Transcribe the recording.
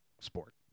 sport